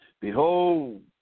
Behold